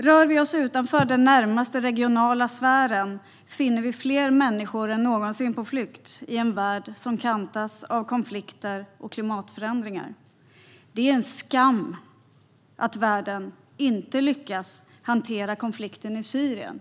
Rör vi oss utanför den närmaste regionala sfären finner vi fler människor än någonsin på flykt i en värld som kantas av konflikter och klimatförändringar. Det är en skam att världen inte lyckas hantera konflikten i Syrien.